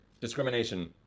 Discrimination